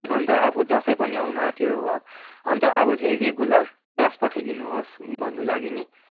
अन्त अब दसैँ पनि आउनु आँट्यो हो अन्त अब चाहिँ रेगुलर क्लास पठाइदिनुहोस भन्नु लागि नि